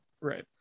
Right